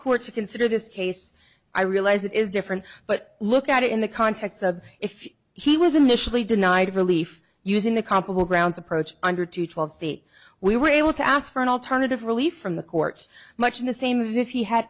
court to consider this case i realize it is different but look at it in the context of if he was initially denied relief using the comparable grounds approach under two twelve we were able to ask for an alternative relief from the court much in the same if he had